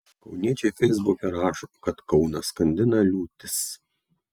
kauniečiai feisbuke rašo kad kauną skandina liūtis